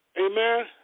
Amen